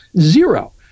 Zero